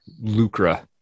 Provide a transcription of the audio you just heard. lucre